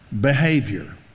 behavior